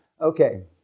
Okay